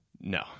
No